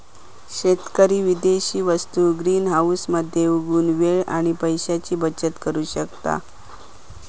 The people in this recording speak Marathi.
शेतकरी विदेशी वस्तु ग्रीनहाऊस मध्ये उगवुन वेळ आणि पैशाची बचत करु शकता